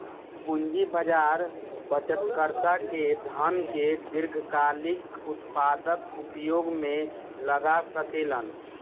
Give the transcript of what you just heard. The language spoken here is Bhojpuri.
पूंजी बाजार बचतकर्ता के धन के दीर्घकालिक उत्पादक उपयोग में लगा सकेलन